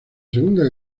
segunda